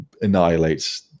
annihilates